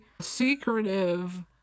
secretive